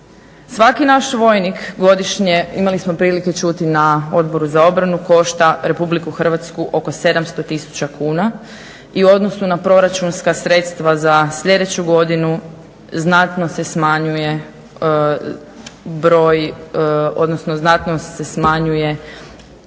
Svaki naš vojnik godišnje imali smo prilike čuti na Odboru za obranu košta Republiku Hrvatsku oko 700 000 kuna i u odnosu na proračunska sredstva za sljedeću godinu znatno se smanjuje broj odnosno znatno se smanjuje